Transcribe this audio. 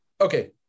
Okay